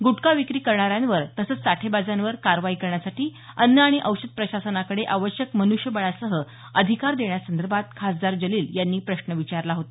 गुटखा विक्री करणाऱ्यांवर तसंच साठेबाजांवर कारवाई करण्यासाठी अन्न आणि औषध प्रशासनाकडे आवश्यक मन्ष्यबळासह अधिकार देण्यासंदर्भात खासदार जलील यांनी प्रश्न विचारला होता